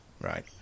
right